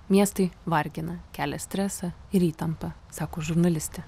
miestai vargina kelia stresą ir įtampą sako žurnalistė